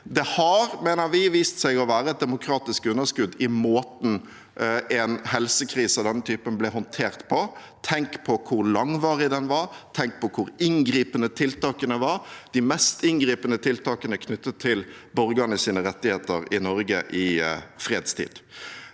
det har vist seg å være et demokratisk underskudd i måten en helsekrise av denne typen ble håndtert på. Tenk på hvor langvarig den var, tenk på hvor inngripende tiltakene var – de mest inngripende tiltakene knyttet til borgernes rettigheter i Norge i freds tid.